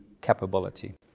capability